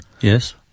Yes